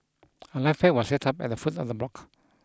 a life pack was set up at the foot of the block